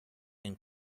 and